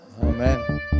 Amen